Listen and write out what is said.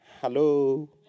Hello